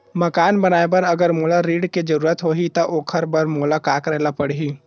मकान बनाये बर अगर मोला ऋण के जरूरत होही त ओखर बर मोला का करे ल पड़हि?